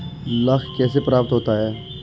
लाख कैसे प्राप्त होता है?